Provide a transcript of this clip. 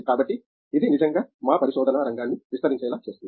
కాబట్టి ఇది నిజంగా మా పరిశోధనా రంగాన్ని విస్తరించేలా చేస్తుంది